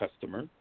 customer